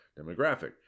demographic